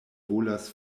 volas